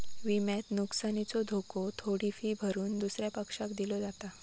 विम्यात नुकसानीचो धोको थोडी फी भरून दुसऱ्या पक्षाक दिलो जाता